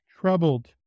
troubled